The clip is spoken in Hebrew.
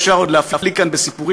אפשר עוד להפליג כאן בסיפורים,